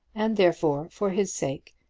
and therefore, for his sake,